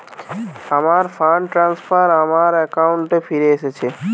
আমার fund transfer আমার অ্যাকাউন্টে ফিরে এসেছে